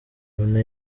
mbona